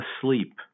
asleep